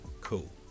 Cool